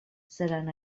seran